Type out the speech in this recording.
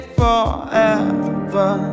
forever